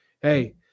hey